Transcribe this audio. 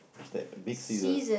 use that big scissors